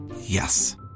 Yes